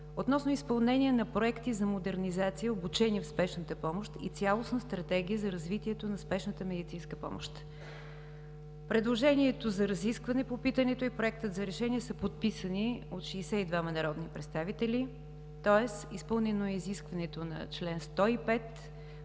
относно изпълнение на проекти за модернизация и обучение в Спешната помощ и цялостна Стратегия за развитието на спешната медицинска помощ. Предложението за разискване по питането и Проектът за решение са подписани от 62 народни представители, тоест изпълнено е изискването на чл. 105